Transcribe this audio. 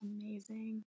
Amazing